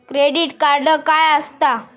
Credit card काय असता?